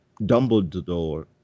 Dumbledore